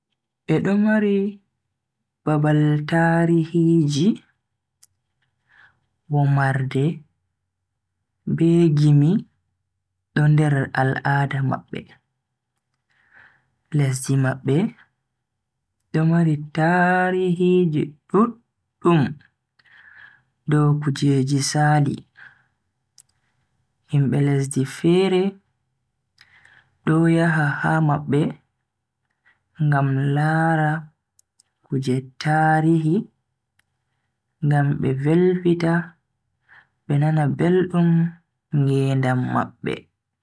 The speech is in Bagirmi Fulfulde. Bedo mari babal tarihiji, womarde be gimi do nder al'ada mabbe. Lesdi mabbe do mari tarihiji duddum dow kujeji Sali. Himbe lesdi fere do yaha ha mabbe ngam laara kuje tarihi ngam be velvita be nana beldum ngedam mabbe.